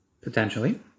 potentially